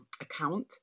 account